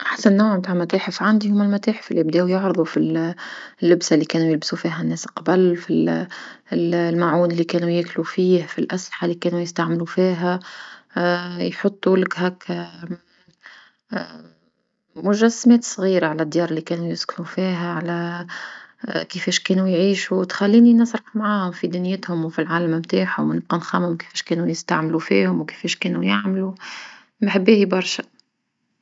أحسن نوع متاع المتاحف عندي هوا متاحف اللي بداو يعرضون فل- في لبسة اللي كانو يلبسو فيها ناس من قبل فل- الماعون اللي كانو ياكلو في الأسلحة اللي كانو يستعملو فيها يحطولك هكا مجسمات صغيرة على ديار اللي كانو يسكنو فيها على كيفاش كانو يعيشو تخلني نسرح معاهم في دنيتهم وفي العالم متاعهم نبقا نخمم كفاه كانو يستعملو فيهم وكفاش كانو يعملو باهي برشا.